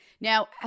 Now